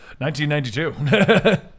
1992